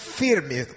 firme